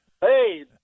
Hey